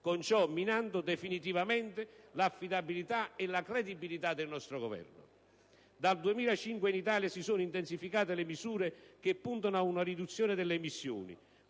con ciò minando definitivamente l'affidabilità e la credibilità del nostro Governo. Dal 2005 in Italia si sono intensificate le misure che puntano ad una riduzione delle emissioni,